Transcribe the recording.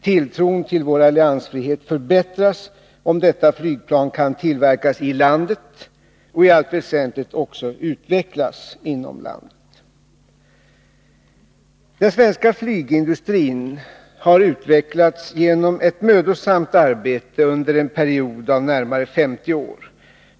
Tilltron till vår alliansfrihet förbättras, om detta flygplan kan tillverkas i landet och i allt väsentligt också utvecklas inom landet. Den svenska flygindustrin har utvecklats genom ett mödosamt arbete under en period av närmare 50 år.